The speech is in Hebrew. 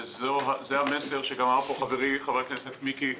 וזה המסר שגם אמר פה חברי חבר הכנסת מיקי לוי.